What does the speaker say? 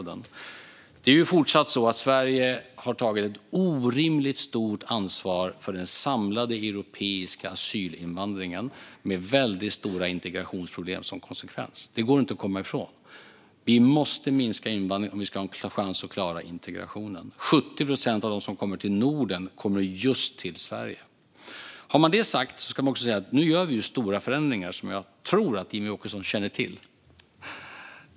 Det är fortfarande så att Sverige har tagit ett orimligt stort ansvar för den samlade europeiska asylinvandringen, med stora integrationsproblem som konsekvens. Det går inte att komma ifrån. Vi måste minska invandringen om vi ska ha en chans att klara integrationen. 70 procent av dem som kommer till Norden kommer just till Sverige. Med det sagt ska jag också säga att vi nu gör stora förändringar, som jag tror att Jimmie Åkesson känner till.